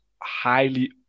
highly